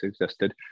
existed